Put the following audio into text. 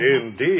Indeed